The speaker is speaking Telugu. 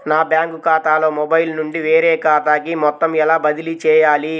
నా బ్యాంక్ ఖాతాలో మొబైల్ నుండి వేరే ఖాతాకి మొత్తం ఎలా బదిలీ చేయాలి?